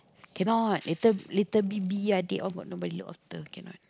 cannot later later Bibi adik they all got nobody look after cannot